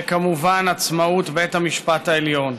וכמובן על עצמאות בית המשפט העליון.